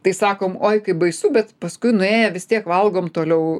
tai sakom oi kaip baisu bet paskui nuėję vis tiek valgom toliau